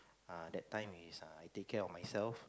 uh that time is uh I take care of myself